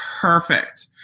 perfect